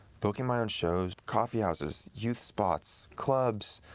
booking my own shows, coffeehouses, youth spots, clubs,